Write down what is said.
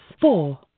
Four